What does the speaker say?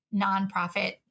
nonprofit